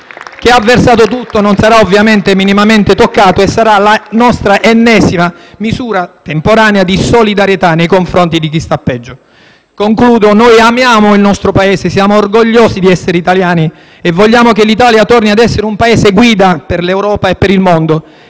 Chi ha versato tutto non sarà ovviamente minimamente toccato e questa sarà la nostra ennesima misura temporanea di solidarietà nei confronti di chi sta peggio. Noi amiamo il nostro Paese, siamo orgogliosi di essere italiani e vogliamo che l'Italia torni ad essere un Paese guida per l'Europa e per il mondo;